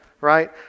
Right